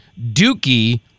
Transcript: Dookie